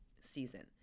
season